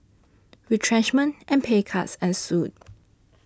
retrenchment and pay cuts ensued